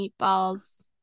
meatballs